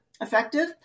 effective